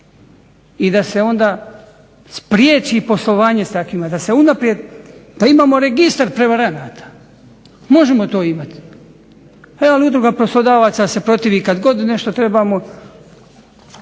I da se onda spriječi poslovanje s takvima, da se unaprijed, da imamo registar prevaranata. Možemo to imati. E, ali Udruga poslodavaca se protivi kad god nešto trebamo